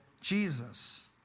Jesus